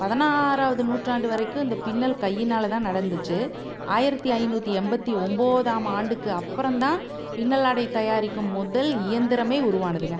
பதினாறாவது நூற்றாண்டு வரைக்கும் இந்த பின்னல் கையினால் தான் நடந்துச்சு ஆயிரத்தி ஐநூற்றி எண்பத்தி ஒன்போதாம் ஆண்டுக்கு அப்புறம் தான் பின்னல் ஆடை தயாரிக்கும் முதல் இயந்திரமே உருவானதுங்க